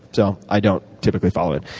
so i don't typically follow it.